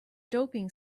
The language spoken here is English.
doping